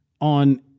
on